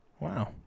Wow